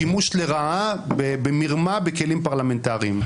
שימוש לרעה במרמה בכלים פרלמנטריים.